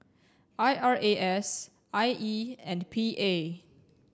I R A S I E and P A